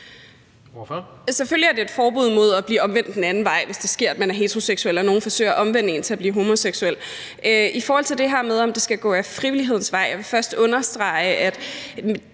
(SF): Selvfølgelig er det et forbud mod at blive omvendt den anden vej, altså hvis det sker, at man er heteroseksuel og nogle forsøger at omvende en til at blive homoseksuel. I forhold til det her med, om det skal være ad frivillighedens vej, vil jeg først understrege, at